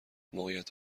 موقعیت